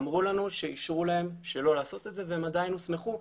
אמרו לנו שאישרו להם שלא לעשות את זה והם עדיין הוסמכו,